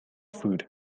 food